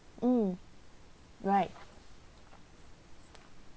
mm right